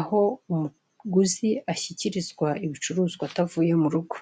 aho umuguzi ashyikirizwa ibicuruzwa atavuye mu rugo.